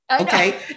okay